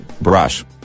Brush